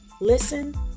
Listen